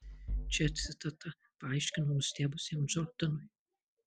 čia citata paaiškino nustebusiam džordanui